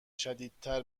شدیدتر